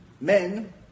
men